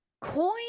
coin